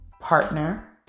partner